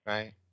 Right